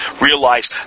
realize